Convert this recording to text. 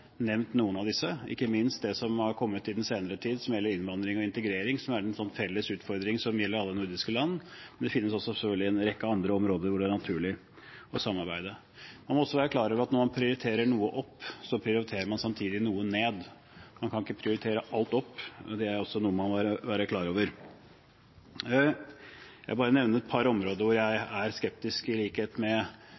nevnt noen av disse, ikke minst det som har kommet i den senere tid som gjelder innvandring og integrering, som er en felles utfordring som gjelder alle nordiske land. Men det finnes selvfølgelig en rekke andre områder hvor det er naturlig å samarbeide. Man må også være klar over at når man prioriterer noe opp, så prioriterer man samtidig noe ned. Man kan ikke prioritere alt opp, det er også noe man må være klar over. Jeg vil bare nevne et par områder hvor jeg